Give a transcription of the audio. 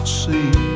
see